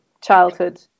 childhood